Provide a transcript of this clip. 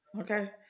okay